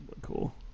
Cool